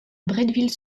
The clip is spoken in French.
bretteville